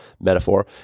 metaphor